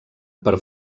per